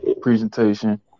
presentation